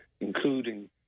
including